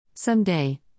Someday